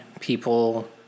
people